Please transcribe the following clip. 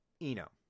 Eno